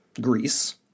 Greece